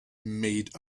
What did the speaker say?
made